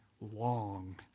long